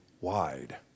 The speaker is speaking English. wide